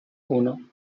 uno